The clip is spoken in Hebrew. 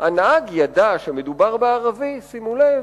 "הנהג ידע שמדובר בערבי" שימו לב,